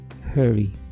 hurry